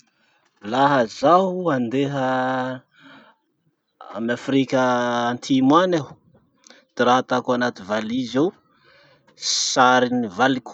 Laha zaho handeha amy afrika antimo any aho, ty raha atako anaty valizy ao, sarin'ny valiko.